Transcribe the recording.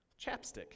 chapstick